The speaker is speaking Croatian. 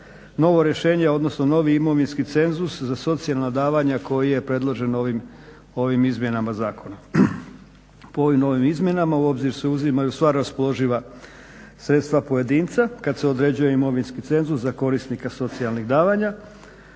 novo rješenje odnosno novi imovinski cenzus za socijalna davanja koji je predložen ovim izmjenama zakona. Po ovim novim izmjenama u obzir se uzimaju sva raspoloživa sredstva pojedinca, kad se određuje imovinski cenzus za korisnika socijalnih davanja.